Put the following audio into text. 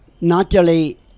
Naturally